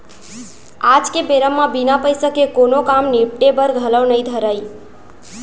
आज के बेरा म बिना पइसा के कोनों काम निपटे बर घलौ नइ धरय